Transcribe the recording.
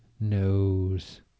knows